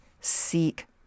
seek